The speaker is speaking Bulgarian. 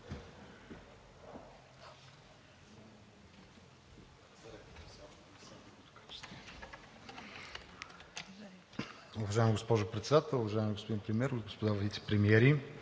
Уважаема госпожо Председател, уважаеми господин Премиер, господа вицепремиери!